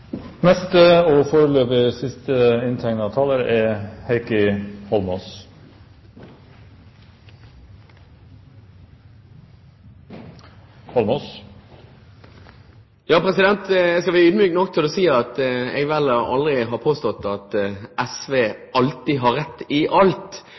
Jeg skal være ydmyk nok til å si at jeg vel aldri har påstått at